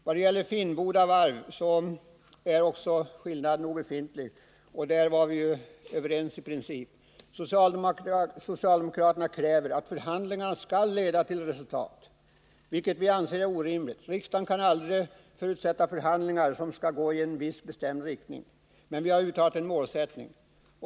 Beträffande AB Finnboda Varf, reservation 4, är skillnaden obefintlig. I princip är vi överens. Socialdemokraterna kräver ändå i en reservation att förhandlingarna skall leda till resultat, vilket vi anser är orimligt. Riksdagen kan aldrig förutsätta att förhandlingar skall gå i en viss riktning. Vi har emellertid uttalat en positiv målsättning.